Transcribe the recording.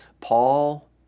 Paul